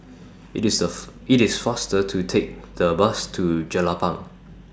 IT IS The IT IS faster to Take The Bus to Jelapang